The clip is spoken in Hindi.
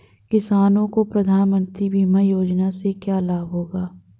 किसानों को प्रधानमंत्री बीमा योजना से क्या लाभ होगा?